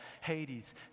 Hades